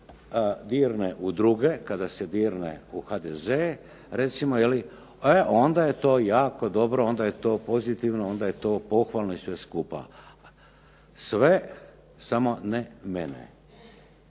kada se dirne u druge, kada se dirne u HDZ, recimo jeli, e onda je to jako dobro, onda je to pozitivno, onda je to pohvalno i sve skupa. Sve samo ne mene.